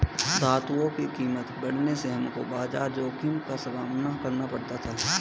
धातुओं की कीमत बढ़ने से हमको बाजार जोखिम का सामना करना पड़ा था